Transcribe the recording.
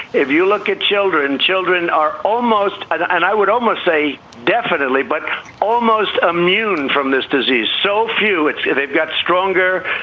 if you look at children, children are almost and i would almost say definitely, but almost immune from this disease. so few if they've got stronger.